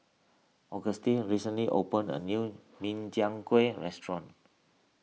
Auguste recently opened a new Min Chiang Kueh restaurant